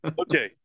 Okay